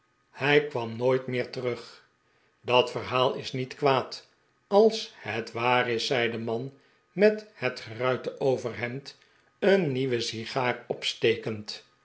hij kwam nooit meer terug dat verhaal is niet kwaad als het waar is zei de man met het geruite overhemd een nieuwe sigaar opstekend